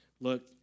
Look